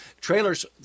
Trailers